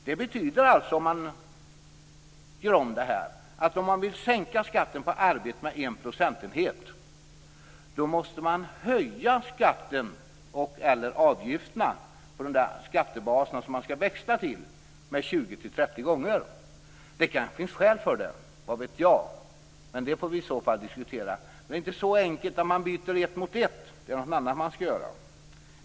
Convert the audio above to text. Det betyder - lite omgjort - att man, om man vill sänka skatten på arbete med 1 procentenhet, måste man höja skatter och/eller avgifter på de skattebaser som man skall växla till så att de blir 20-30 gånger högre. Kanske finns det skäl för det - vad vet jag? Det får vi i så fall diskutera. Det är dock inte så enkelt som att byta ett mot ett, utan det är någonting annat man skall göra.